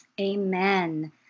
Amen